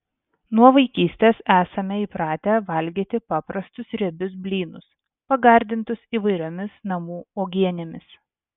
nuo vaikystės esame įpratę valgyti paprastus riebius blynus pagardintus įvairiomis namų uogienėmis